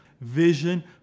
vision